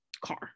car